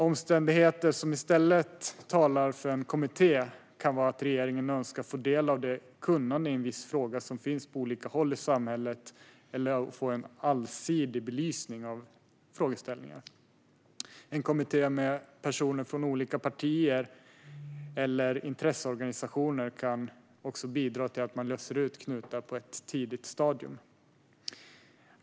Omständigheter som i stället talar för en kommitté kan vara att regeringen önskar få del av det kunnande i en viss fråga som finns på olika håll i samhället eller få en allsidig belysning av frågeställningar. En kommitté med personer från olika partier eller intresseorganisationer kan bidra till att man löser upp knutar på ett tidigt stadium.